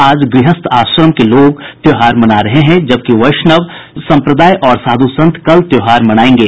आज गृहस्थ आश्रम के लोग त्योहार मना रहे हैं जबकि वैष्णव संप्रदाय और साध्र संत कल त्योहार मनायेंगे